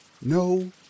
no